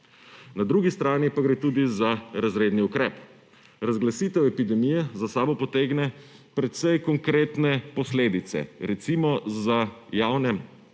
Na drugi strani pa gre tudi za razredni ukrep. Razglasitev epidemije za sabo potegne precej konkretne posledice. Recimo, za javne